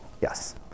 yes